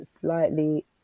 Slightly